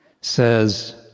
says